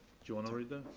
you want to read